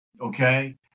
okay